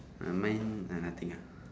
ah mine nothing ah